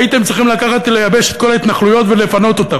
הייתם צריכים לקחת ולייבש את כל ההתנחלויות ולפנות אותן.